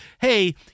hey